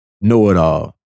know-it-all